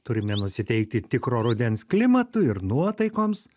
turime nusiteikti tikro rudens klimatui ir nuotaikoms